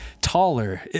taller